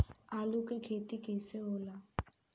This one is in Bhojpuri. आलू के खेती कैसे होला?